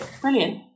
Brilliant